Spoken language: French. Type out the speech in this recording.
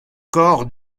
corps